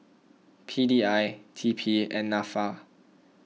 P D I T P and Nafa